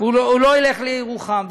והוא לא ילך לירוחם.